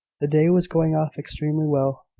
the day was going off extremely well.